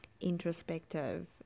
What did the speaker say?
introspective